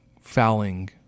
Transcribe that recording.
fouling